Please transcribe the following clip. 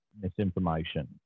misinformation